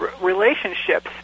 relationships